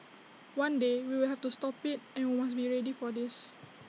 one day we will have to stop IT and we must be ready for this